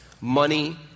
Money